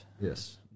Yes